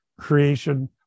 creation